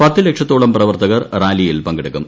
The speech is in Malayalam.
പത്ത് ലക്ഷത്തോളം പ്രവർത്തകർ റാലിയിൽ പങ്കെടുക്കും